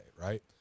right